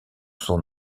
son